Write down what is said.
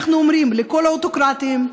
אנחנו אומרים לכל האוטוקרטים,